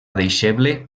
deixeble